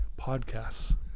podcasts